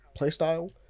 playstyle